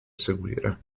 seguire